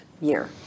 year